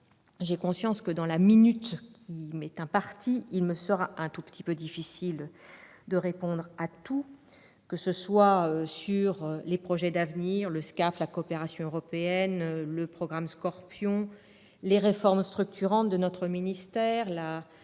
bien consciente que, dans la minute qu'il me reste, il me sera un tout petit peu difficile de répondre à tout, que ce soit sur les projets d'avenir, le SCAF, la coopération européenne, le programme SCORPION, les réformes structurantes de notre ministère, la